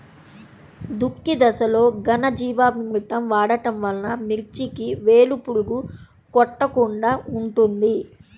దుక్కి దశలో ఘనజీవామృతం వాడటం వలన మిర్చికి వేలు పురుగు కొట్టకుండా ఉంటుంది?